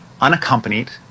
unaccompanied